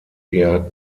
eher